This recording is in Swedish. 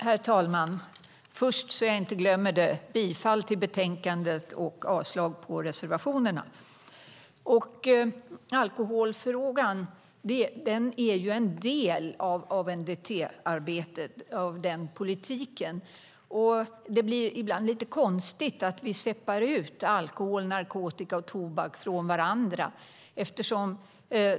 Herr talman! Först yrkar jag bifall till förslaget i betänkandet och avslag på reservationerna. Alkoholfrågan är en del av ANDT-politiken. Det blir ibland konstigt när vi separerar alkohol, narkotika och tobak från varandra.